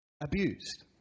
abused